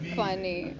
funny